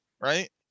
right